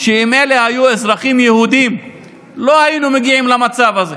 שאם אלה היו אזרחים יהודים לא היינו מגיעים למצב הזה,